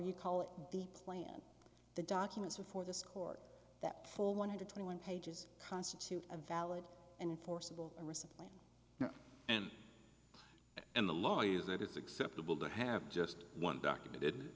you call it the plan the documents before this court that full one hundred twenty one pages constitute a valid and forcible recently and and the law is that it's acceptable to have just one documented